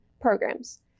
programs